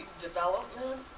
development